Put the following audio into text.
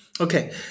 okay